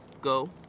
go